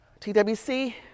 TWC